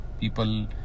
people